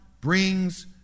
Brings